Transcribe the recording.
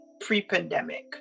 pre-pandemic